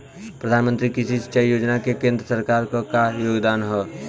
प्रधानमंत्री कृषि सिंचाई योजना में केंद्र सरकार क का योगदान ह?